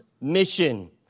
mission